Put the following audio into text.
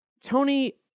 Tony